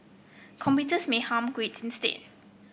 computers may harm grades instead